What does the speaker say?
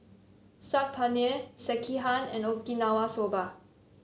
Saag Paneer Sekihan and Okinawa Soba